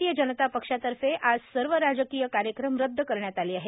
भारतीय जनता पक्षातर्फे आज सर्व राजकिय कार्यक्रम रद्द करण्यात आले आहेत